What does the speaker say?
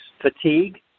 fatigue